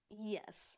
yes